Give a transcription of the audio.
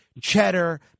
Cheddar